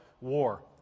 war